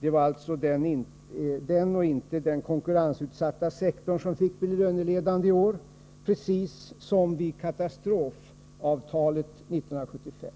Det var alltså den och inte den konkurrensutsatta sektorn som fick bli löneledande i år, precis som vid katastrofavtalet 1975.